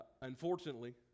unfortunately